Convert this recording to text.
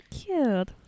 Cute